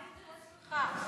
מה האינטרס שלך?